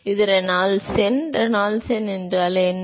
எனவே இது ரெனால்ட்ஸ் எண் ரெனால்ட்ஸ் எண் என்றால் என்ன